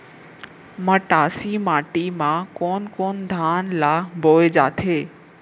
मटासी माटी मा कोन कोन धान ला बोये जाथे?